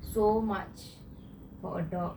so much for a dog